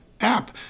app